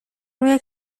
روی